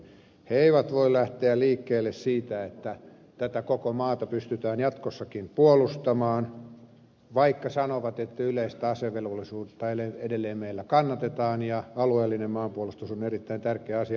he eivät voi lähteä liikkeelle siitä että tätä koko maata pystytään jatkossakin puolustamaan vaikka he sanovat että yleistä asevelvollisuutta meillä edelleen kannatetaan ja alueellinen maanpuolustus on erittäin tärkeä asia